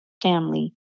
family